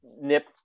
nip